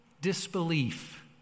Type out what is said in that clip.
disbelief